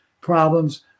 problems